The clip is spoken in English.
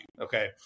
okay